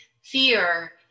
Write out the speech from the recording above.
fear